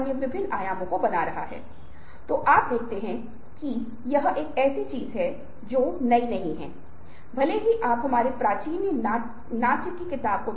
आप इसे जल्दी से करना चाहते हैं आप इसे अधिक से अधिक सुदृढीकरण के साथ करना चाहते हैं ताकि दिन के अंत में यह प्रक्रिया हो सके और आप जो चाहते हैं वह प्राप्त कर सकें